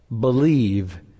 believe